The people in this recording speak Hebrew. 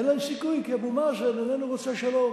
אין להן סיכוי כי אבו מאזן איננו רוצה שלום.